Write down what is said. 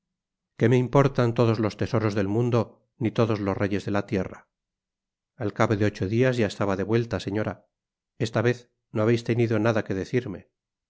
qué me importan todos los tesoros del mundo ni todos los reyes de la tierra al cabo de ocho dias ya estaba de vuelta señora esta vez no habeis tenido nada que decirme